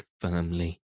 firmly